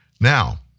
Now